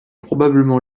probablement